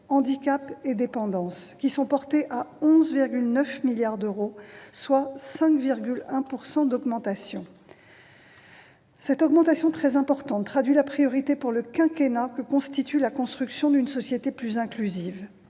Handicap et dépendance », qui sont portés à 11,9 milliards d'euros, soit une augmentation de 5,1 %. Cette hausse très importante traduit la priorité, pour le quinquennat, que constitue la construction d'une société plus inclusive.